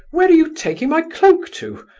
where are you taking my cloak to?